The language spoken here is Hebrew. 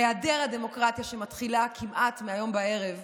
בהיעדר הדמוקרטיה, שמתחיל כמעט הערב.